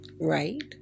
right